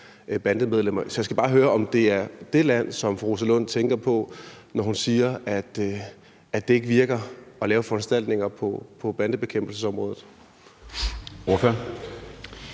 Så jeg skal bare høre, om det er det land, som fru Rosa Lund tænker på, når hun siger, at det ikke virker at lave foranstaltninger på bandebekæmpelsesområdet?